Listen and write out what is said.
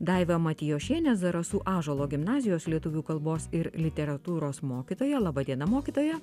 daiva matijošienė zarasų ąžuolo gimnazijos lietuvių kalbos ir literatūros mokytoja laba diena mokytoja